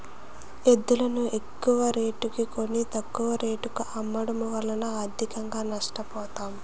ఎద్దులును ఎక్కువరేటుకి కొని, తక్కువ రేటుకు అమ్మడము వలన ఆర్థికంగా నష్ట పోతాం